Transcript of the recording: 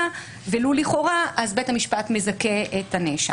ולו לכאורה בית המשפט מזכה את הנאשם.